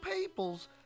people's